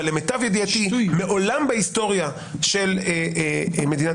אבל למיטב ידיעתי מעולם בהיסטוריה של מדינת